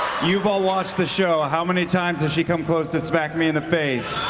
you've all watched the show. how many times has she come close to smacking me in the face?